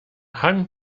hang